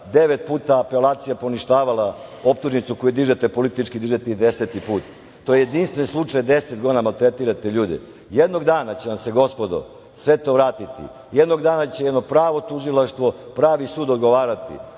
puta apelacija poništavala optužnicu koju dižete politički, a dižete je i deseti put. To je jedinstven slučaj, deset godina maltretirate ljude. Jednog dana će vam se, gospodo, sve to vratiti. Jednog dana će jedno pravo tužilaštvo, pravi sud, odgovarati.